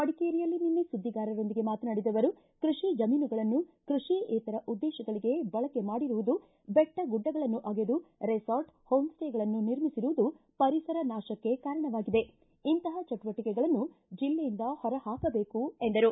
ಮಡಿಕೇರಿಯಲ್ಲಿ ನಿನ್ನೆ ಸುದ್ದಿಗಾರರೊಂದಿಗೆ ಮಾತನಾಡಿದ ಅವರು ಕೃಷಿ ಜಮೀನುಗಳನ್ನು ಕೃಷಿಯೇತರ ಉದ್ಲೇಶಗಳಿಗೆ ಬಳಕೆ ಮಾಡಿರುವುದು ಬೆಟ್ಟ ಗುಡ್ಡಗಳನ್ನು ಅಗೆದು ರೆಸಾರ್ಟ್ ಹೋಂ ಸ್ವೇಗಳನ್ನು ನಿರ್ಮಿಸಿರುವುದು ಪರಿಸರ ನಾಶಕ್ಷೆ ಕಾರಣವಾಗಿವೆ ಇಂತಹ ಚಟುವಟಿಕೆಗಳನ್ನು ಜಿಲ್ಲೆಯಿಂದ ಹೊರ ಹಾಕಬೇಕು ಎಂದರು